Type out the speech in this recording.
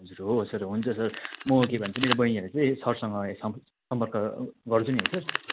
हजुर हो हो सर हुन्छ सर म के भन्छ मेरो बहिनीहरूलाई चाहिँ सरसँग सम सम्पर्क गर्छु नि है सर